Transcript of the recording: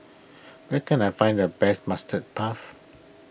where can I find the best Mustard Puff